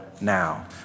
Now